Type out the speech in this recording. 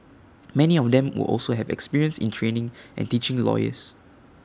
many of them will also have experience in training and teaching lawyers